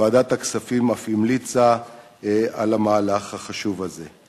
ועדת הכספים אף המליצה על המהלך החשוב הזה.